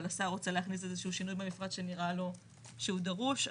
אבל השר רוצה להכניס איזה שהוא שינוי במפרט שנראה לו שהוא דרוש.